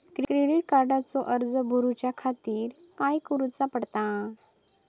Credit कार्डचो अर्ज करुच्या खातीर काय करूचा पडता?